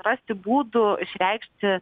rasti būdų išreikšti